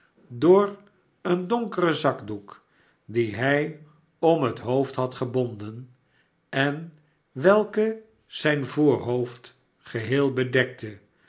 door een donkeren zakdoek dien hij om het hoofd had gebonden en welke zijn voorhoofd geheel bedekte